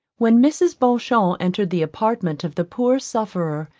when mrs. beauchamp entered the apartment of the poor sufferer,